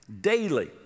daily